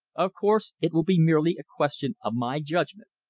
of course it will be merely a question of my judgment.